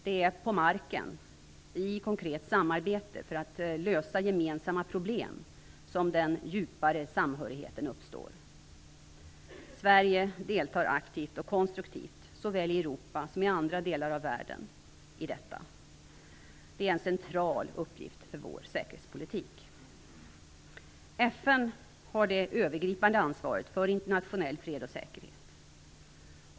Det är på marken, i konkret samarbete för att lösa gemensamma problem, som den djupare samhörigheten uppstår. Sverige deltar aktivt och konstruktivt i detta, såväl i Europa som i andra delar av världen. Det är en central uppgift för vår säkerhetspolitik. FN har det övergripande ansvaret för internationell fred och säkerhet.